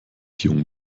jung